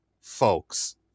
folks